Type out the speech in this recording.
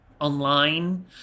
online